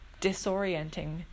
disorienting